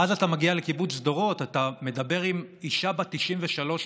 ואז אתה מגיע לקיבוץ דורות ואתה מדבר עם אישה בת 93,